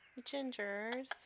Gingers